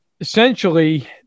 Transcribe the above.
essentially